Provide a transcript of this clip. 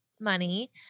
money